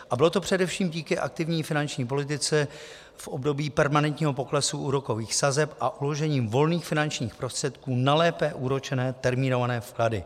Bylo to především díky aktivní finanční politice v období permanentního poklesu úrokových sazeb a uložením volných finančních prostředků na lépe úročené termínované vklady.